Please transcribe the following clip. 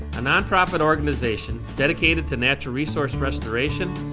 a non-profit organization dedicated to natural resource restoration,